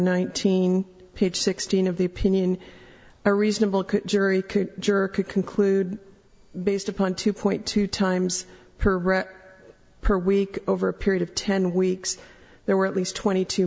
nineteen page sixteen of the opinion a reasonable jury could conclude based upon two point two times per week over a period of ten weeks there were at least twenty t